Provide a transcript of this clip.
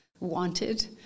wanted